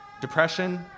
depression